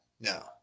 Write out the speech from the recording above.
No